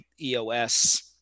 EOS